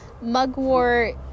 mugwort